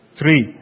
Three